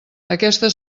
aquesta